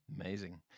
Amazing